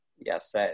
Yes